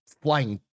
flying